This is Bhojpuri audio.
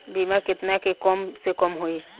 बीमा केतना के कम से कम होई?